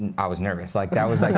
i was nervous, like that was like